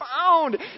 found